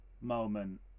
moment